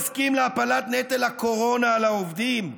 לא נסכים להפלת נטל הקורונה על העובדים,